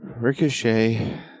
Ricochet